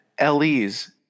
LEs